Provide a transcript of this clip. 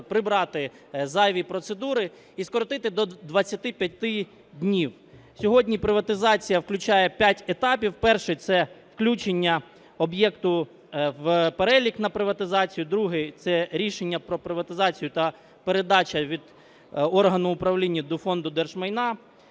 прибрати зайві процедури і скоротити до 25 днів. Сьогодні приватизація включає п'ять етапів. Перший – це включення об'єкту в перелік на приватизацію. Другий – це рішення про приватизацію та передача від органу управління до Фонду держмайна.